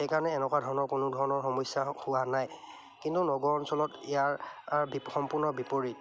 সেইকাৰণে এনেকুৱা ধৰণৰ কোনো ধৰণৰ সমস্যা হোৱা নাই কিন্তু নগৰ অঞ্চলত ইয়াৰ বি সম্পূৰ্ণ বিপৰীত